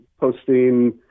posting